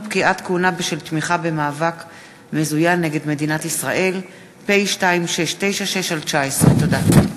נבחר ציבור שהורשע בעבירה שיש עמה קלון),